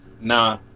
Nah